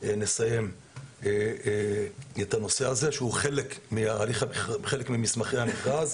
נסיים את הנושא הזה, שהוא חלק ממסמכי המכרז.